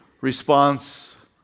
response